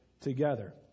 Together